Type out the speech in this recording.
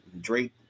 Drake